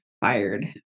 fired